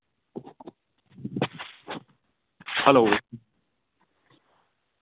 hello